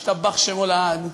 ישתבח שמו לעד,